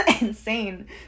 insane